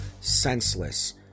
senseless